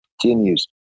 continues